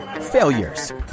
failures